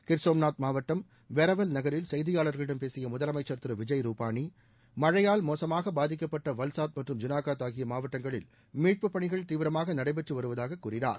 கிர்சோம்நாத் மாவட்டம் வெரவல் நகரில் செய்தியாளர்களிடம் பேசிய முதலமைச்சர் திரு விஜய் ரூபாணி மழையால் மோசமாக பாதிக்கப்பட்ட வல்சாத் மற்றும் ஜுனாகத் ஆகிய மாவட்டங்களில் மீட்பு பணிகள் தீவிரமாக நடைபெற்று வருவதாக கூறினார்